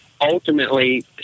ultimately